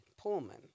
Pullman